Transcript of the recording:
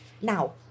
Now